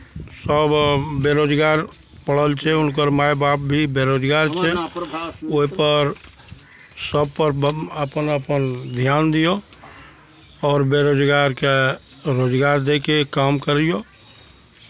सभ बेरोजगार पड़ल छै हुनकर माय बाप भी बेरोजगार छै ओहिपर सभपर अपन अपन ध्यान दियौ आओर बेरोजगारकेँ रोजगार दैके काम करियौ